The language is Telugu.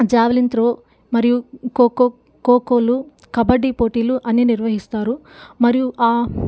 జావలిన్ త్రో మరియు ఖోఖో ఖోఖోలు కబడ్డీ పోటీలు అన్ని నిర్వహిస్తారు మరియు